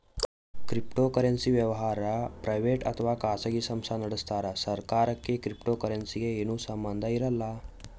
cryptocurrency ವ್ಯವಹಾರ್ private ಅಥವಾ ಖಾಸಗಿ ಸಂಸ್ಥಾ ನಡಸ್ತಾರ್ ಸರ್ಕಾರಕ್ಕ್ ಕ್ರಿಪ್ಟೋಕರೆನ್ಸಿಗ್ ಏನು ಸಂಬಂಧ್ ಇರಲ್ಲ್